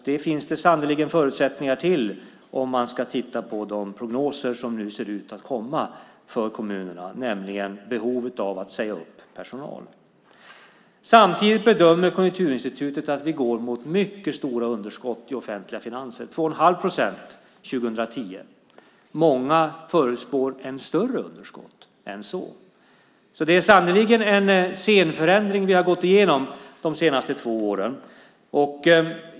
Det finns det sannerligen förutsättningar för om man ska titta på de prognoser som nu ser ut att komma för kommunerna, nämligen behovet av att säga upp personal. Samtidigt bedömer Konjunkturinstitutet att vi går mot mycket stora underskott i offentliga finanser, 2 1⁄2 procent 2010. Många förutspår ännu större underskott än så. Det är sannerligen en scenförändring vi har gått igenom de senaste två åren.